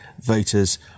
voters